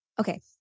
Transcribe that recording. Okay